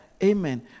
Amen